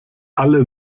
alle